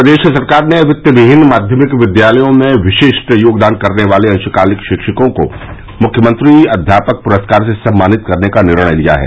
प्रदेश सरकार ने वित्तविहीन माध्यमिक विद्यालयों में विशिष्ट योगदान करने वाले अंशकालिक शिक्षकों को मुख्यमंत्री अध्यापक प्रस्कार से सम्मानित करने का निर्णय लिया है